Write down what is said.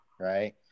right